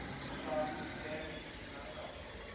for some, standing is not an option